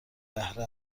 بهره